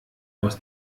aus